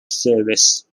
service